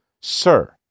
sir